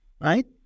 right